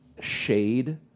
Shade